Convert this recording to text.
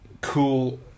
cool